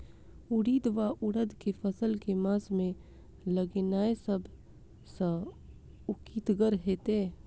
उड़ीद वा उड़द केँ फसल केँ मास मे लगेनाय सब सऽ उकीतगर हेतै?